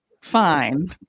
fine